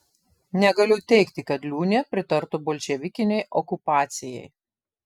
negaliu teigti kad liūnė pritartų bolševikinei okupacijai